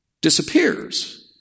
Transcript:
disappears